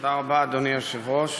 תודה רבה, אדוני היושב-ראש.